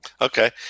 Okay